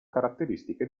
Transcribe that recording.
caratteristiche